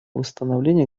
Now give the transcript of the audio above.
восстановления